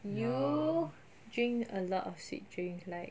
you drink a lot of sweet drinks like